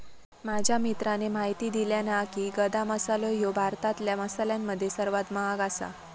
माझ्या मित्राने म्हायती दिल्यानं हा की, गदा मसालो ह्यो भारतातल्या मसाल्यांमध्ये सर्वात महाग आसा